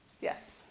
Yes